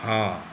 हँ